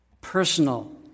Personal